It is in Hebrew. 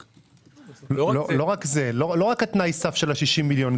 לא רק תנאי הסף של ה-60 מיליון.